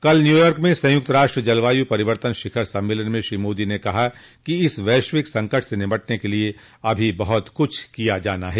कल न्यूयॉर्क में संयुक्त राष्ट्र जलवायू परिवर्तन शिखर सम्मेलन में श्री मोदी ने कहा कि इस वैश्विक संकट से निपटने के लिये अभी बहुत कुछ किया जाना है